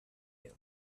tail